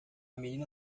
menina